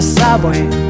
subway